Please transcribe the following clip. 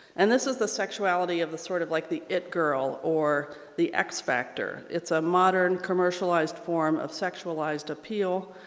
and this is the sexuality of the sort of like the it girl or the x-factor. it's a modern, commercialized form of sexualized appeal